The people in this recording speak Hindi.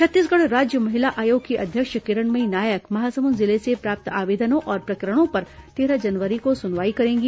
छत्तीसगढ़ राज्य महिला आयोग की अध्यक्ष किरणमयी नायक महासमुंद जिले से प्राप्त आवेदनों और प्रकरणों पर तेरह जनवरी को सुनवाई करेंगी